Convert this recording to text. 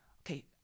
Okay